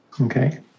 Okay